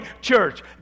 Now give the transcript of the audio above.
church